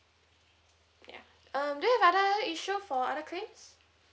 ya um do you have other issue for other claims